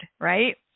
right